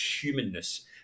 humanness